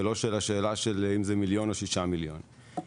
ולא של השאלה של האם זה מיליון ₪ או 6 מיליון ₪.